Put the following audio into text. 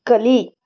ಕಲಿ